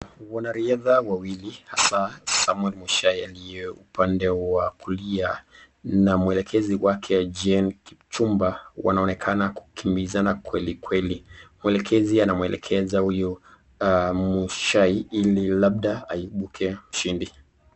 Wanariadha wawili hasa Samuel Mushai aliye upande wa kulia na mwelekezi wake Jim Kipchumba wanaonekana kukimbizana kweli kweli. Mwelekezi anamwelekeza huyu Mushai ili labda aibuke mshindi.